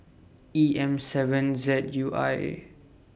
E M seven Z U I